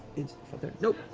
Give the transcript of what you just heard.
in there nope!